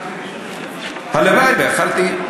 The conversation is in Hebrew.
הלוואי שיכולתי.